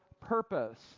purpose